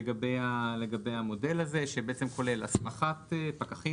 לגבי המודל הזה שבעצם כולל הסמכת פקחים